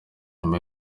nyuma